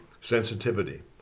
sensitivity